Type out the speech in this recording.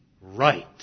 right